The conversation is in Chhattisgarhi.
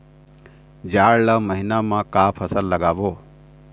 जाड़ ला महीना म का फसल लगाबो?